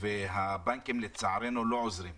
והבנקים לצערנו לא עוזרים.